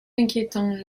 inquiétant